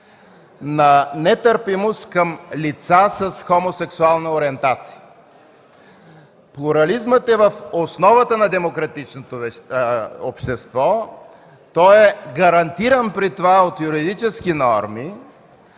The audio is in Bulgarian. на нетърпимост към лица с хомосексуална ориентация. Плурализмът е в основата на демократичното общество, при това той е гарантиран от юридически норми